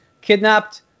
kidnapped